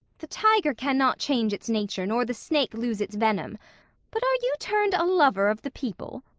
the tiger cannot change its nature, nor the snake lose its venom but are you turned a lover of the people?